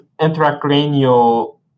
intracranial